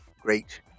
great